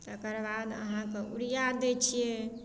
तकरबाद अहाँके यूरिया दै छियै